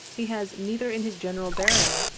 he has neither in his general bearing,